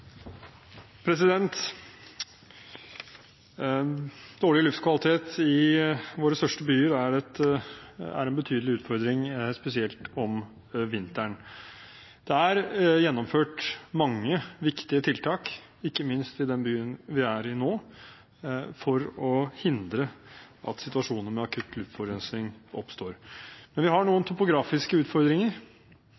gjennomført mange viktige tiltak, ikke minst i byen vi er i nå, for å hindre at situasjoner med akutt luftforurensning oppstår. Men vi har noen topografiske utfordringer